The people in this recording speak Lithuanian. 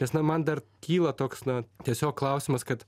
nes na man dar kyla toks na tiesiog klausimas kad